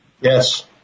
Yes